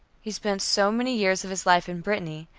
he spent so many years of his life in brittany,